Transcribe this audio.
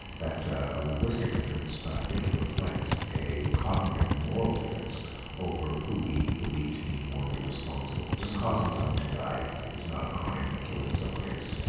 that's ah a linguistic difference but i think it reflects a cognitive and moral difference over who we believe to be morally responsible. just causing someone to die is not a crime but killing someone is.